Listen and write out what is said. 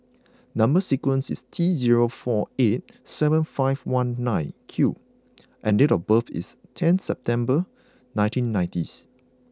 number sequence is T zero four eight seven five one nine Q and date of birth is ten September nineteen ninety's